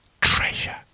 Treasure